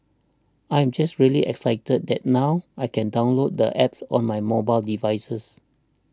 I am just really excited that now I can download the App on my mobile devices